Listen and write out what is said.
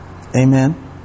Amen